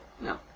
no